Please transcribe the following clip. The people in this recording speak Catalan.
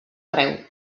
arreu